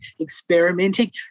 experimenting